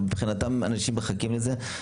ושמבחינתם אנשים מחכים לזה.